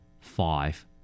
Five